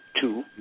two